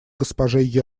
госпоже